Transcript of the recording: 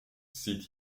sieht